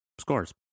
scores